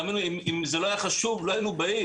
תאמינו לי, אם זה לא היה חשוב, לא היינו באים.